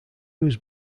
was